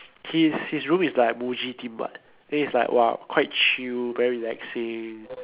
his his room is like Muji theme [what] then it's like !wah! quite chill very relaxing